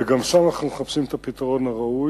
וגם שם אנחנו מחפשים את הפתרון הראוי.